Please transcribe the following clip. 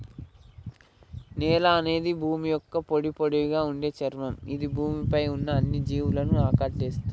నేల అనేది భూమి యొక్క పొడిపొడిగా ఉండే చర్మం ఇది భూమి పై ఉన్న అన్ని జీవులను ఆకటేస్తుంది